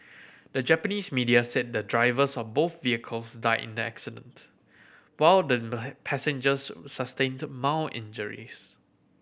the Japanese media said the drivers of both vehicles died in the accident while the passengers sustained mild injuries